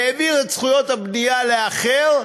והעביר את זכויות הבנייה לאחר,